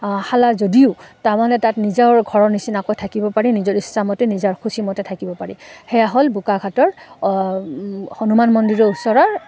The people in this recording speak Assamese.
শালা যদিও তাৰমানে তাত নিজৰ ঘৰ নিচিনাকৈ থাকিব পাৰি নিজৰ ইচ্ছা মতে নিজৰ খুচী মতে থাকিব পাৰি সেয়া হ'ল বোকাখাটৰ হনুমান মন্দিৰৰ ওচৰৰ